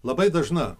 labai dažna